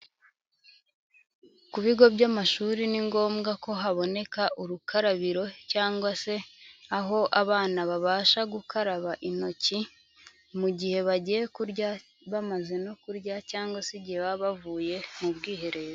Ku bigo by'amashuri ni ngombwa ko haboneka urukarabiro, cyangwa se aho abana babasha gukaraba intoki, mu gihe bagiye kurya, bamaze no kurya, cyangwa se igihe baba bavuye mu bwiherero.